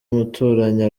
umuturanyi